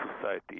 society